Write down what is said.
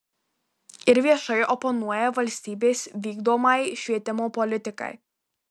ir viešai oponuoja valstybės vykdomai švietimo politikai